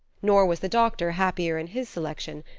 nor was the doctor happier in his selection,